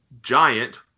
Giant